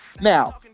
Now